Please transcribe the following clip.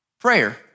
prayer